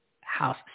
House